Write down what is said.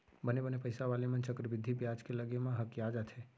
बने बने पइसा वाले मन चक्रबृद्धि बियाज के लगे म हकिया जाथें